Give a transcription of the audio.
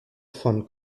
von